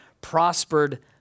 prospered